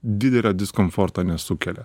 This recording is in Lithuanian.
didelio diskomforto nesukelia